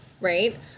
Right